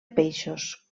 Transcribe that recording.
peixos